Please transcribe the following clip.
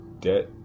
Debt